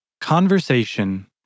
Conversation